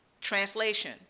translation